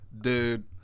dude